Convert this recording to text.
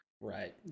Right